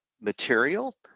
material